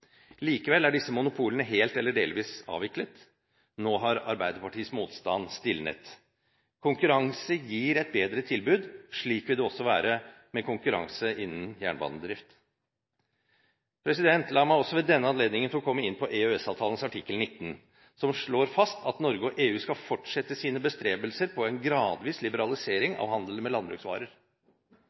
Likevel er disse monopolene helt eller delvis avviklet. Nå har Arbeiderpartiets motstand stilnet. Konkurranse gir et bedre tilbud, slik vil det også være med konkurranse innen jernbanedrift. La meg også ved denne anledningen komme inn på EØS-avtalens artikkel 19, som slår fast at Norge og EU skal fortsette sine bestrebelser på en gradvis liberalisering av handelen med landbruksvarer.